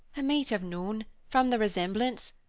i might have known, from the resemblance,